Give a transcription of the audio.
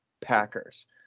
Packers